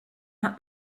hat